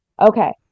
Okay